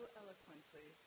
eloquently